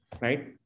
right